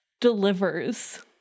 delivers